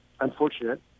unfortunate